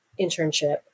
internship